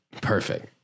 perfect